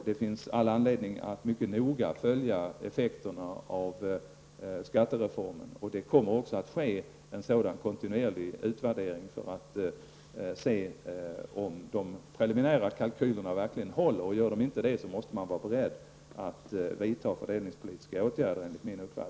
Det finns därför all anledning att mycket noga studera effekterna av skattereformen. En sådan kontinuerlig utvärdering kommer också att ske så att vi skall kunna se om de preliminära kalkylerna verkligen håller. Gör de inte det, måste man enligt min uppfattning vara beredd att vidta fördelningspolitiska åtgärder.